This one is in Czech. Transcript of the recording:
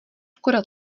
skoro